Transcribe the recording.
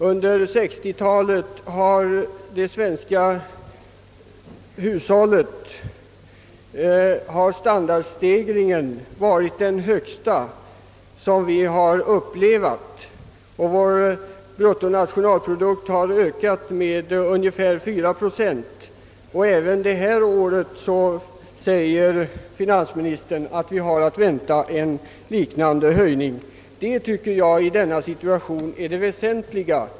Under 1960-talet har standardstegringen varit den högsta som vi upplevat och vår bruttonationalprodukt har ökat med ungefär 4 procent om året. Även detta år säger finansministern att vi har att vänta en liknande höjning. Jag tycker att detta är det väsentliga.